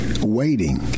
waiting